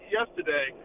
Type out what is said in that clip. yesterday